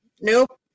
Nope